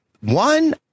one